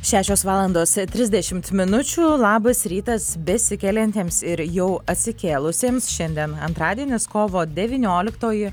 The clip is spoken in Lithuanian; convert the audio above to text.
šešios valandos trisdešimt minučių labas rytas besikeliantiems ir jau atsikėlusiems šiandien antradienis kovo devynioliktoji